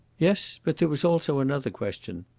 yes but there was also another question.